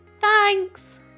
Thanks